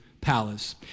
palace